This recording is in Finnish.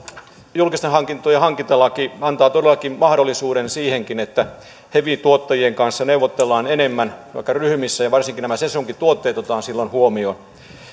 julkisten hankintojen hankintalaki antaa todellakin mahdollisuuden siihenkin että hevi tuottajien kanssa neuvotellaan enemmän vaikka ryhmissä ja että varsinkin nämä sesonkituotteet otetaan silloin huomioon